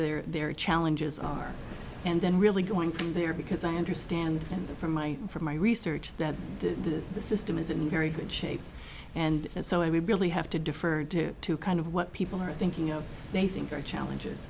their their challenges are and then really going from there because i understand from my from my research that the the system is in very good shape and so i really have to defer to to kind of what people are thinking of they think are challenges